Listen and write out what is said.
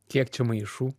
kiek čia maišų